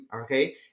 Okay